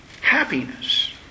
happiness